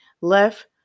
Left